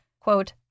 quote